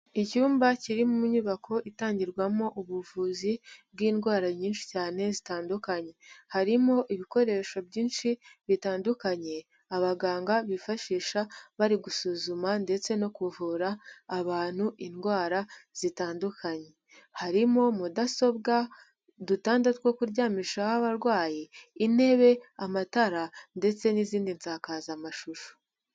Icyumba kiri mu nyubako itangirwamo ubuvuzi bw'indwara nyinshi cyane zitandukanye, harimo ibikoresho byinshi bitandukanye abaganga bifashisha bari gusuzuma ndetse no kuvura abantu indwara zitandukanye, harimo mudasobwa, udutanda two kuryamishaho abarwayi, intebe, amatara ndetse n'izindi nsakazamashusho.